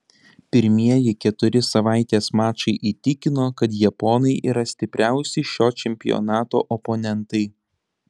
pirmieji keturi savaitės mačai įtikino kad japonai yra stipriausi šio čempionato oponentai